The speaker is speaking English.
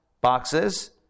boxes